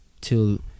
till